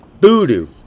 Voodoo